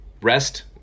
rest